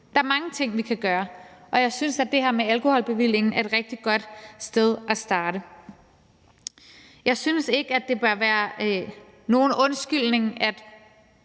Der er mange ting, vi kan gøre. Og jeg synes, at det her med alkoholbevillingen er et rigtig godt sted at starte. Jeg synes ikke, at det bør være nogen undskyldning for,